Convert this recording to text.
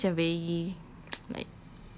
kamal adli macam very like